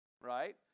Right